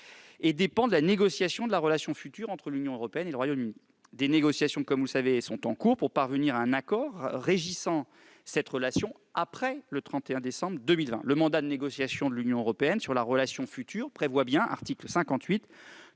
et dépendra de la négociation de la relation future entre l'Union européenne et le Royaume-Uni. Vous le savez, des négociations sont en cours pour parvenir à un accord régissant cette relation après le 31 décembre 2020. Le mandat de négociation de l'Union européenne sur la relation future prévoit bien- c'est